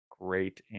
Great